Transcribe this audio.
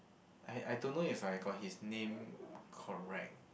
I I don't know if I got his name correct